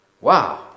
Wow